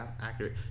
accurate